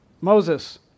Moses